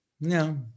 No